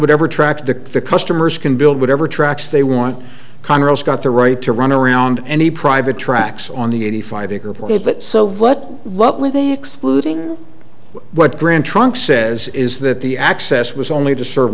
whatever track to the customers can build whatever tracks they want congress got the right to run around any private tracks on the eighty five acre blaze but so what what were they excluding what grand trunk says is that the access was only to serve